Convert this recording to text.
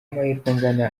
amahirwe